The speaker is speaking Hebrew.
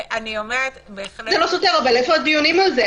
זה לא סותר, אבל איפה הדיונים על זה?